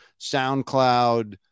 SoundCloud